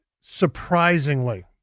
Surprisingly